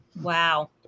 Wow